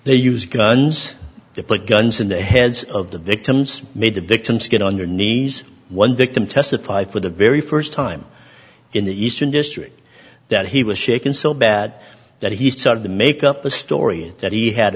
they use guns to put guns in the heads of the victims made the victims get on your knees one victim testify for the very first time in the eastern district that he was shaken so bad that he started to make up a story that he had